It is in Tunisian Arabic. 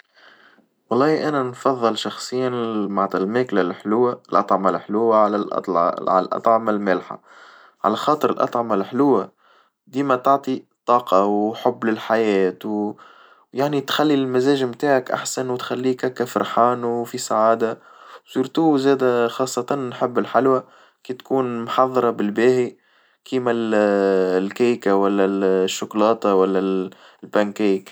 والله أنا انفظل شخصيًا معنتها الماكلة الحلوة الأطعمة الحلوة على الأطعمة المالحة على خاطر الأطعمة الحلوة ديما تعطي طاقة وحب للحياة ويعني تخلي المزاج متاعك أحسن وتخليك هكا فرحان وفي سعادة سورتو زادة خاصة نحب الحلوى كي تكون محضرة بالباهي، كيما الكيكة والا الشوكولاتة والا البان كيك.